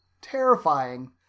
terrifying